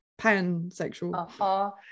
pansexual